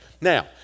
Now